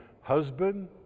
husband